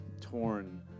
torn